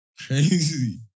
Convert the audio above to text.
Crazy